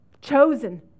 chosen